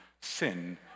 sin